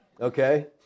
okay